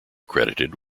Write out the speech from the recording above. credited